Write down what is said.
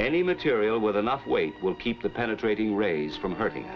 any material with enough weight will keep the penetrating rays from hurting